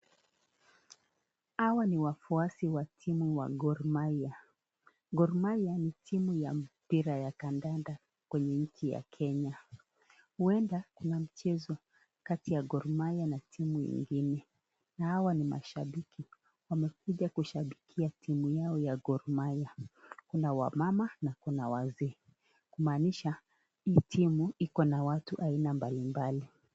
Hawa ni wafuasi wa timu ya gormahia . Gormahia ni timu ya mpira ya kandanda kwenye nchi ya Kenya . Huenda kuna mchezo kati ya gormahia na timu nyingine . Na hawa ni mashabiki wamekuja kushabikia timu yao ya gormahia . Kuna wamama na kuna wazee. Kumaanisha hii timu iko na watu aina mbalimbali.